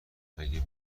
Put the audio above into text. اگه